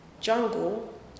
jungle